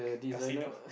casino